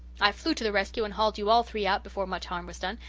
i flew to the rescue and hauled you all three out before much harm was done,